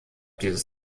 dieses